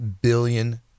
billion